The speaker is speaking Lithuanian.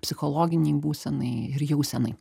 psichologinei būsenai ir jausenai